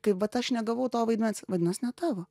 kai vat aš negavau to vaidmens vadinas ne tavo